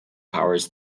powers